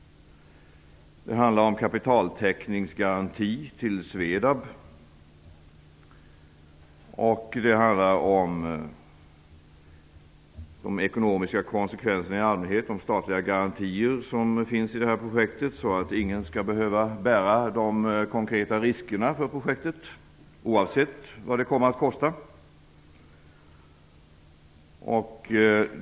Det handlar om kapitaltäckningsgaranti till Svedab. Det handlar om de ekonomiska konsekvenserna i allmänhet, dvs. de statliga garantier som finns i projektet så att ingen skall behöva bära ansvaret för de konkreta riskerna för projektet oavsett kostnaderna.